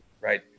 right